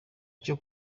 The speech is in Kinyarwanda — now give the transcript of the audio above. cyo